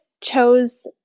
chose